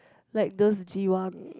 like those jiwang